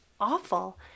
awful